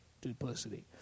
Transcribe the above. duplicity